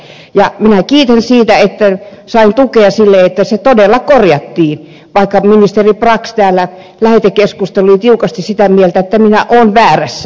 minä kiitän siitä että sain tukea sille että se todella korjattiin vaikka ministeri brax täällä lähetekeskustelussa oli tiukasti sitä mieltä että minä olen väärässä